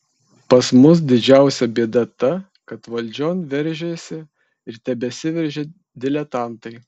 pas mus didžiausia bėda ta kad valdžion veržėsi ir tebesiveržia diletantai